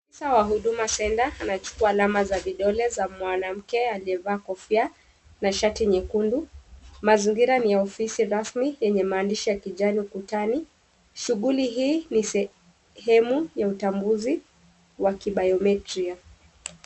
Ofisa wa HUDUMA center anachukua alama za vidole za mwanamke aliyevalia kofia na shati nyekundu, Mazingira ni ya ofisi rasmi yenya maandishi ya kijani ukutani. Shughuli hii ni sehemu ya utambuzi ya kibayometria .